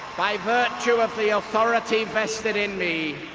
by virtue of the authority vested in me,